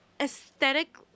aesthetic